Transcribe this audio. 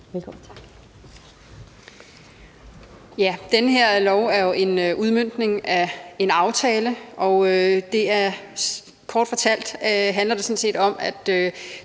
Velkommen.